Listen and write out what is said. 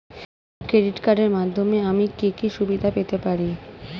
Credit কার্ডের মাধ্যমে আমি কি কি সুবিধা পেতে পারি?